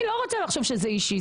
אני לא רוצה לחשוב שזה אישי,